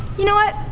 you know what?